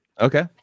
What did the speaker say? okay